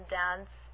dance